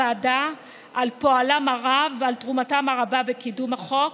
הוועדה על פועלם הרב ועל תרומתם הרבה בקידום החוק.